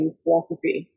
philosophy